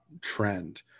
trend